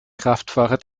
kraftfahrer